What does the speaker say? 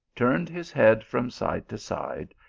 turned his head from side to side,